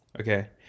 Okay